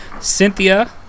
Cynthia